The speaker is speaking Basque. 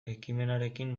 ekimenarekin